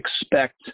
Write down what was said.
expect